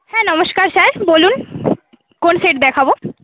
হ্যাঁ নমস্কার স্যার বলুন কোন সেট দেখাবো